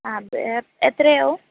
ആ എത്രയാവും